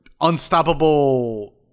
unstoppable